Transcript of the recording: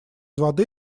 воды